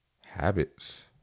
habits